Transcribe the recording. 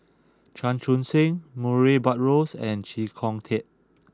Chan Chun Sing Murray Buttrose and Chee Kong Tet